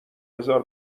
بزار